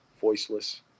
voiceless